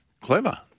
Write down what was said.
Clever